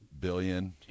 Billion